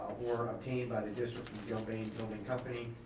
or obtained by the district to the gilbane building company,